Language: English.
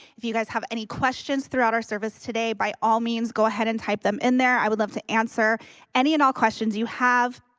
if you guys have any questions throughout our service today by all means go ahead and type them in there i would love to answer any and all questions you have.